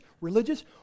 religious